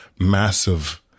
massive